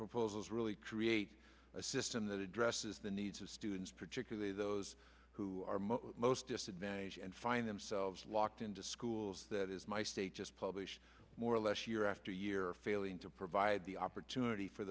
proposals really create a system that addresses the needs of students particularly those who are most most disadvantaged and find themselves locked into schools that is my state just publish more or less year after year failing to provide the opportunity for